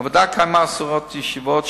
הוועדה קיימה עשרות ישיבות,